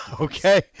Okay